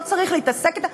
לא צריך להתעסק אתם?